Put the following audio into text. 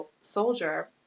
soldier